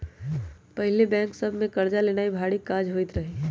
पहिके बैंक सभ से कर्जा लेनाइ भारी काज होइत रहइ